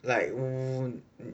like wh~